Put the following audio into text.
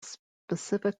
specially